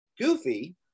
Goofy